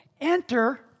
Enter